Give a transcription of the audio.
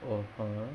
(uh huh)